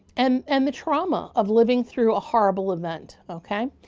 and and the trauma of living through a horrible event, okay?